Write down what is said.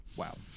Wow